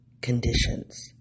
conditions